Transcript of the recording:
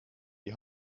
die